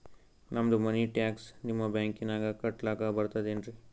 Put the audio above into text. ನಮ್ದು ಮನಿ ಟ್ಯಾಕ್ಸ ನಿಮ್ಮ ಬ್ಯಾಂಕಿನಾಗ ಕಟ್ಲಾಕ ಬರ್ತದೇನ್ರಿ?